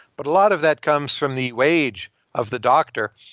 but a lot of that comes from the wage of the doctor.